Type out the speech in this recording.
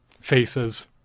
faces